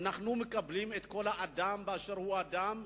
אנחנו מקבלים את כל האדם באשר הוא אדם,